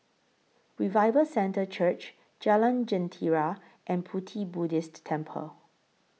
Revival Centre Church Jalan Jentera and Pu Ti Buddhist Temple